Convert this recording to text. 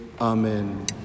Amen